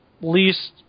least